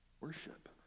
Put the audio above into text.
Worship